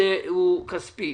הנושא הוא כספי.